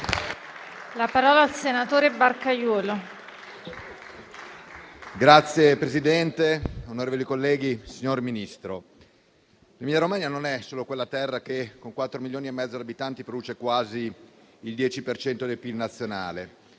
a parlare il senatore Barcaiuolo.